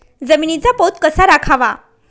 जमिनीचा पोत कसा राखावा?